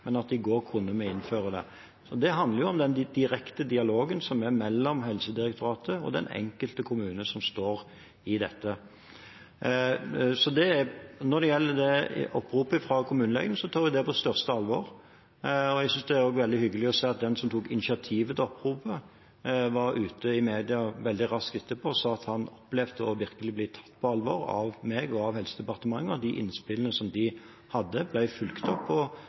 men i går kunne vi innføre det. Det handler jo om den direkte dialogen som er mellom Helsedirektoratet og den enkelte kommune som står i dette. Når det gjelder oppropet fra kommunelegene, tar vi det på største alvor. Jeg synes også det er veldig hyggelig å se at den som tok initiativet til oppropet, var ute i media veldig raskt etterpå og sa at han opplevde virkelig å bli tatt på alvor av meg og av Helsedepartementet, og at de innspillene som de hadde, ble fulgt opp,